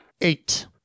Eight